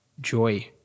joy